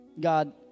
God